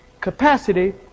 capacity